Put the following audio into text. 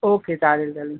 okay चालेल चालेल